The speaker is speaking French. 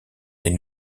des